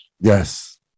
Yes